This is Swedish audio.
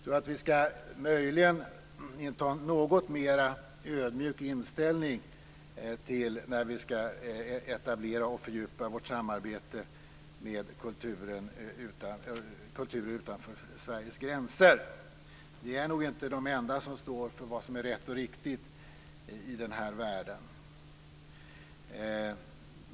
Möjligen skall vi inta en något ödmjukare inställning när vi skall etablera och fördjupa vårt samarbete med kulturer utanför Sveriges gränser. Vi är nog inte de enda som står för vad som är rätt och riktigt i den här världen.